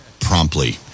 promptly